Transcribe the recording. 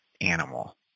animal